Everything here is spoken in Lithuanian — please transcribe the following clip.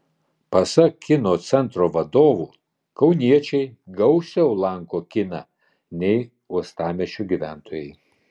pasak kino centro vadovų kauniečiai gausiau lanko kiną nei uostamiesčio gyventojai